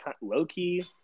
low-key